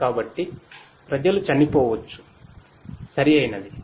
కాబట్టి ప్రజలు చనిపోవచ్చు సరియైనది